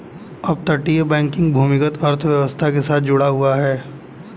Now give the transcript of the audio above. अपतटीय बैंकिंग भूमिगत अर्थव्यवस्था के साथ जुड़ा हुआ है